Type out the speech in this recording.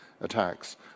attacks